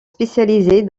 spécialisés